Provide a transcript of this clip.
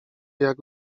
jak